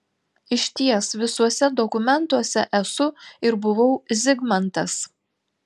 išties visuose dokumentuose esu ir buvau zigmantas